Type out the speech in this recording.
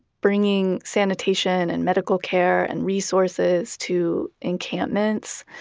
bringing sanitation and medical care and resources to encampments,